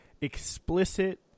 explicit